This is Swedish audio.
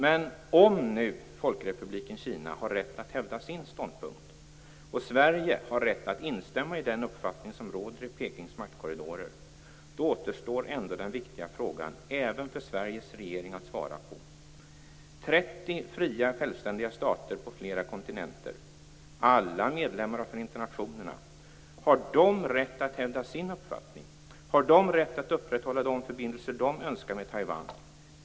Men om Folkrepubliken Kina har rätt att hävda sin ståndpunkt och Sverige har rätt att instämma i den uppfattning som råder i Pekings maktkorridorer, då återstår en viktig fråga även för Sveriges regering att svara på. 30 fria, självständiga stater på flera kontinenter - alla medlemmar av Förenta Nationerna - har de rätt att hävda sin uppfattning? Har de rätt att upprätthålla de förbindelser som de önskar med Taiwan?